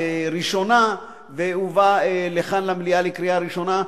ראשונה והובא לכאן למליאה לקריאה ראשונה.